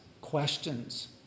questions